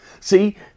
See